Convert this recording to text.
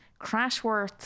Crashworth